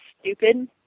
stupid